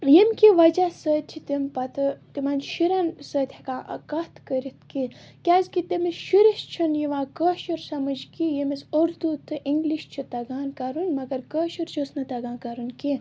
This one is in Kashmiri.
ییٚمہِ کہِ وجہ سۭتۍ چھِ تِم پَتہٕ تِمَن شُریٚن سۭتۍ ہیٚکان کَتھ کٔرِتھ کیٚنٛہہ کیازِ کہِ تٔمِس شُرِس چھُنہٕ یِوان کٲشُر سِمٕجھ کیٚنٛہہ یٔمِس اُردو تہٕ اِنٛگلِش چھُ تگان کَرُن مگر کٲشُر چھُس نہٕ تگان کَرُن کیٚنٛہہ